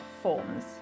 forms